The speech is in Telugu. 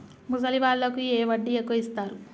ముసలి వాళ్ళకు ఏ వడ్డీ ఎక్కువ ఇస్తారు?